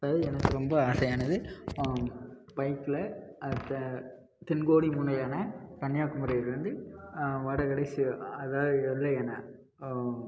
இப்போ எனக்கு ரொம்ப ஆசையானது பைக்கில் தென்கோடி முனையான கன்னியாகுமரியில் இருந்து வட கடைசி அதான் எல்லையான